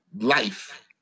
life